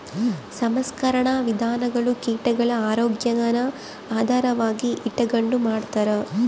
ಸಂಸ್ಕರಣಾ ವಿಧಾನಗುಳು ಕೀಟಗುಳ ಆರೋಗ್ಯಾನ ಆಧಾರವಾಗಿ ಇಟಗಂಡು ಮಾಡ್ತಾರ